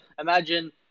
imagine